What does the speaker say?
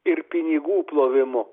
ir pinigų plovimu